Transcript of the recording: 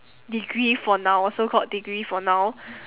degree for now so called degree for now